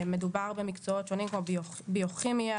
מדובר במקצועות שונים כמו ביוכימיה,